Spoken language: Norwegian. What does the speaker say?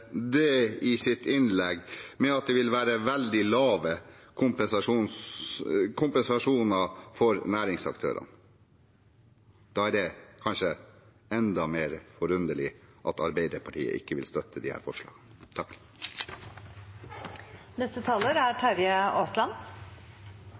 det i sitt innlegg med at det vil være veldig lave kompensasjoner for næringsaktørene. Da er det kanskje enda mer forunderlig at Arbeiderpartiet ikke vil støtte disse forslagene.